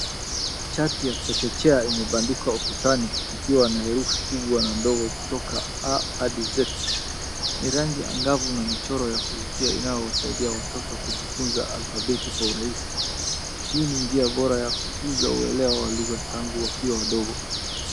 Chati ya chekechea imebadikwa ukutani ikiwa na herufi kubwa na ndogo kutoka 'a' hadi 'z' ni rangi angavu na mchoro ya kuvutia inasaidia watoto kujifunza alafabeti kwa rahisi hii ni njia bora ya kukuza uelewa wa lugha ya tangu wakiwa wandogo.